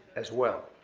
as well.